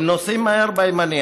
הם נוסעים מהר בימני.